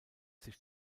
sich